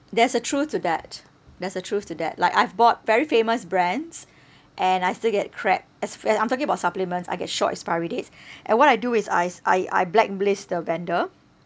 there's a truth to that there's a truth to that like I've bought very famous brands and I still get crap as f~ uh I'm talking about supplements I get short expiry dates and what I do is I s~ I I blacklist the vendor